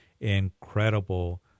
incredible